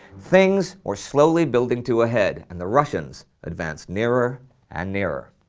things were slowly building to a head, and the russians advanced nearer and nearer.